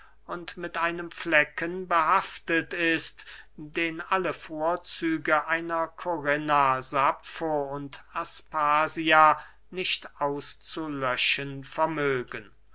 und mit einem flecken behaftet ist den alle vorzüge einer korinna saffo und aspasia nicht auszulöschen vermögen